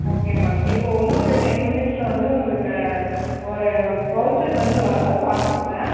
okay ma'am இப்போ இன்னொரு ten மினிட்ஸில் வந்து உங்களுக்கு ஒரு வவுச்சர் வந்து வரும் வாட்ஸப்லே